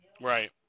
Right